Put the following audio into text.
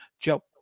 Joe